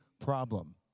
problem